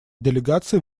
делегаций